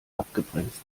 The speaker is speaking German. abgebremst